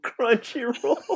Crunchyroll